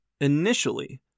Initially